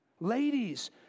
Ladies